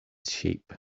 sheep